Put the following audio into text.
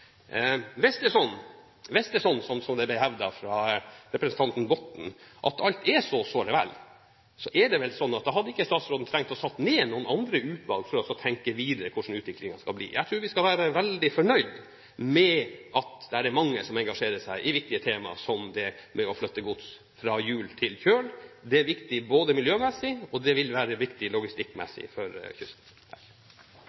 Hvis det er sånn, som det ble hevdet av representanten Botten, at alt er såre vel, hadde vel ikke statsråden trengt å sette ned andre utvalg for å tenke videre når det gjelder hvordan utviklingen skal bli. Jeg tror vi skal være veldig fornøyd med at det er mange som engasjerer seg i et så viktig tema som det å flytte gods fra hjul til kjøl. Det er viktig miljømessig, og det vil være viktig